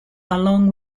along